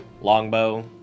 longbow